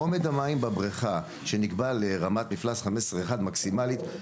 אומד המים בבריכה שנקבע לרמת מפלס 15.1 מקסימלית,